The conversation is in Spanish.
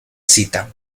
cita